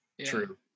true